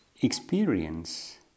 experience